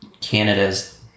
Canada's